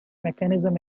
mechanism